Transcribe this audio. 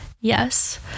Yes